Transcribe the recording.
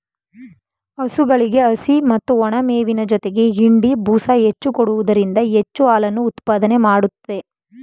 ಹಸುಗಳಿಗೆ ಹಸಿ ಮತ್ತು ಒಣಮೇವಿನ ಜೊತೆಗೆ ಹಿಂಡಿ, ಬೂಸ ಹೆಚ್ಚು ಕೊಡುವುದರಿಂದ ಹೆಚ್ಚು ಹಾಲನ್ನು ಉತ್ಪಾದನೆ ಮಾಡುತ್ವೆ